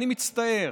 אני מצטער,